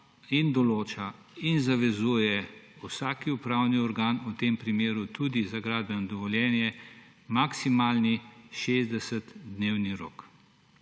in določa in zavezuje vsak upravni organ, v tem primeru tudi za gradbeno dovoljenje, maksimalni 60-dnevni rok.